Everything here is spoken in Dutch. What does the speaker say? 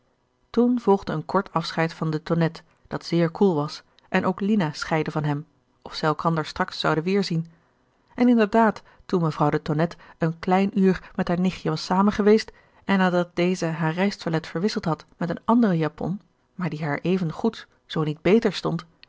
toen volgde een kort afscheid van de tonette dat zeer koel was en ook lina scheidde van hem of zij elkander straks zouden weerzien en inderdaad toen mevrouw de tonnette een klein uur met haar nichtje was zamen geweest en nadat deze haar reistoilet verwisseld had met een andere japon maar die haar even goed zoo niet beter stond